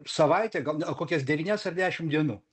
savaitę gal net kokias devynias ar dešimt dienų